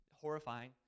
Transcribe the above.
Horrifying